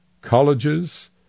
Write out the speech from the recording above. Colleges